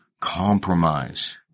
compromise